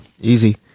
easy